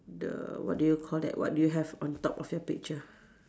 the what do you call that what do you have on top of your picture